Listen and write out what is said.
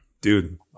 Dude